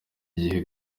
gihe